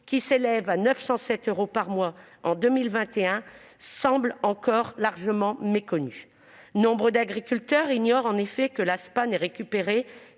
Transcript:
qui s'élevait à 907 euros par mois en 2021, semblent encore largement méconnues. Nombre d'agriculteurs ignorent en effet que l'ASPA n'est récupérée